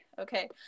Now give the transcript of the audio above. Okay